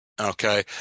Okay